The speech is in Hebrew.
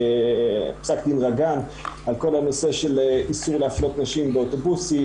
פסק דין רגן על כל הנושא של איסור להפלות נשים באוטובוסים,